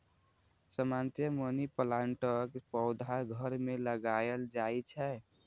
सामान्यतया मनी प्लांटक पौधा घर मे लगाएल जाइ छै